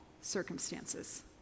circumstances